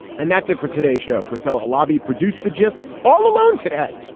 and that's it for today's show, parcell, a lobby produced the gist. all alone today.